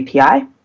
API